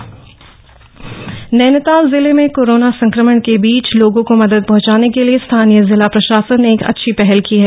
plasma donor Nainital जिले में corona संक्रमण के बीच लोगों को मदद पहॅचाने के लिए स्थानीय जिला प्रशासन ने एक अच्छी पहल की है